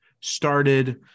started